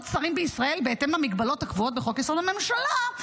שרים בישראל בהתאם למגבלות הקבועות בחוק-יסוד: הממשלה,